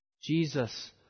Jesus